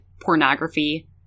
pornography